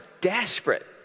desperate